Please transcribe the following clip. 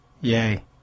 Yay